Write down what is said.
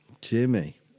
Jimmy